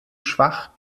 schwach